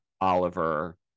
Oliver